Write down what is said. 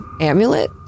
amulet